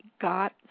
got